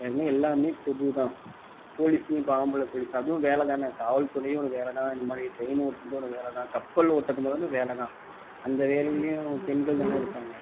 அதுமாதிரி எல்லாம் பொது தான் போலீஸ்லேயும் இப்போ ஆம்பளை போலீஸ் அதுவும் வேலை தான் காவல் துறையும் ஒரு வேலை தான் இதுமாதிரி ட்ரையின் ஓட்டுறதும் ஒரு வேலை தான் கப்பல் ஓட்டுறதும் மொத கொண்டு வேலைதான் அந்த வேலையிலேயும் பெண்கள் தான இருக்காங்க